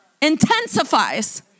intensifies